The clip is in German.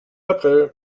april